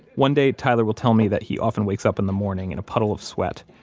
one day, tyler will tell me that he often wakes up in the morning in a puddle of sweat,